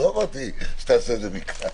לא אמרתי שתעשה את זה מכאן.